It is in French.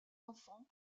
enfants